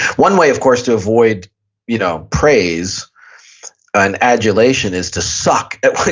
one way of course to avoid you know praise and adulation is to suck at